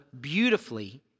beautifully